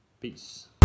Peace